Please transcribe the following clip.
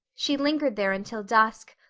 she lingered there until dusk,